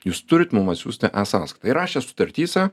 jūs turit mum atsiųsti e sąskaitą jie rašė sutartyse